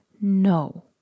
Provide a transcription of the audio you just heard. no